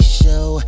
show